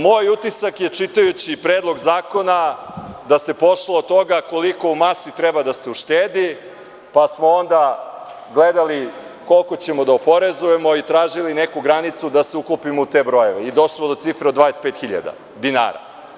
Moj utisak je, čitajući Predloga zakona, da se pošlo od toga koliko u masi treba da se uštedi, pa smo onda gledali koliko ćemo da oporezujemo i tražili neku granicu da se uklopimo u te brojeve i došli smo do cifre od 25.000 dinara.